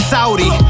Saudi